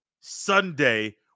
Sunday